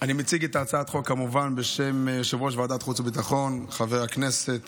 אני מציג את הצעת החוק כמובן בשם יושב-ראש ועדת החוץ והביטחון חבר הכנסת